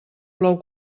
plou